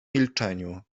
milczeniu